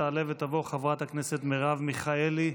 תעלה ותבוא חברת הכנסת מרב מיכאלי,